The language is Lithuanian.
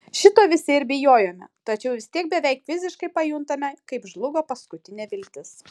šito visi ir bijojome tačiau vis tiek beveik fiziškai pajuntame kaip žlugo paskutinė viltis